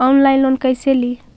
Online loan कैसे ली?